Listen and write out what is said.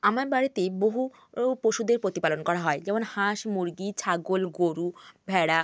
আমার বাড়িতে বহু পশুদের প্রতিপালন করা হয় যেমন হাঁস মুরগি ছাগল গরু ভেড়া